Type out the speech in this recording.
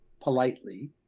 politely